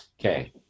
okay